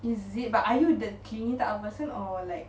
is it but are you the clingy type of person or like